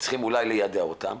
וצריכים אולי ליידע אותם,